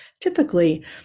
typically